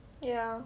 ya